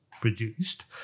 produced